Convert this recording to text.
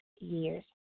years